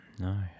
No